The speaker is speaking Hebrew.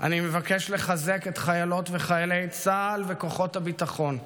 אני מבקש לחזק את חיילות וחיילי צה"ל וכוחות הביטחון,